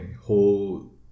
whole